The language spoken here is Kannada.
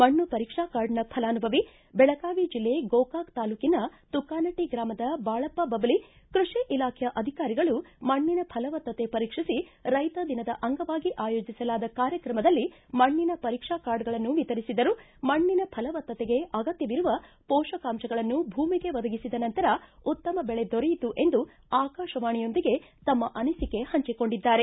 ಮಣ್ಣು ಪರೀಕ್ಷಾ ಕಾರ್ದೀನ ಫಲಾನುಭವಿ ಬೆಳಗಾವಿ ಜಿಲ್ಲೆ ಗೋಕಾಕ್ ತಾಲೂಕಿನ ತುಕಾನಟ್ಟ ಗ್ರಾಮದ ಬಾಳಪ್ಪ ಬಬಲಿ ಕೃಷಿ ಇಲಾಖೆಯ ಅಧಿಕಾರಿಗಳು ಮಣ್ಣಿನ ಫಲವತ್ತತೆ ಪರೀಕ್ಷಿಸಿ ರೈತ ದಿನದ ಅಂಗವಾಗಿ ಆಯೋಜಿಸಲಾದ ಕಾರ್ಯಕ್ರಮದಲ್ಲಿ ಮಣ್ಣಿನ ಪರೀಕ್ಷಾ ಕಾರ್ಡಗಳನ್ನು ವಿತರಿಸಿದರು ಮಣ್ಣಿನ ಫಲವತ್ತತೆಗೆ ಅಗತ್ಯವಿರುವ ಪೋಷಕಾಂಶಗಳನ್ನು ಭೂಮಿಗೆ ಒದಗಿಸಿದ ನಂತರ ಉತ್ತಮ ಬೆಳೆ ದೊರೆಯಿತು ಎಂದು ಆಕಾಶವಾಣಿಯೊಂದಿಗೆ ತಮ್ಮ ಅನಿಸಿಕೆ ಹಂಚಿಕೊಂಡಿದ್ದಾರೆ